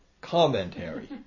commentary